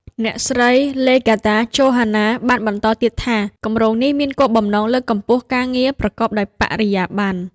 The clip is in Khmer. អ្នកស្រី ឡេហ្គាតា ចូហានណា (Legarta Johanna) បានបន្តទៀតថា “គម្រោងនេះមានគោលបំណងលើកកម្ពស់ការងារប្រកបដោយបរិយាប័ន្ន